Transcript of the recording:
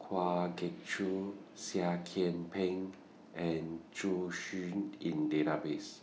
Kwa Geok Choo Seah Kian Peng and Zhu Xu in Database